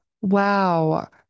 wow